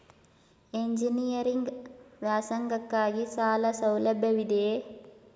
Engineering ವ್ಯಾಸಂಗಕ್ಕಾಗಿ ಸಾಲ ಸೌಲಭ್ಯವಿದೆಯೇ?